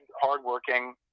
hardworking